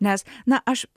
nes na aš